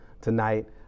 tonight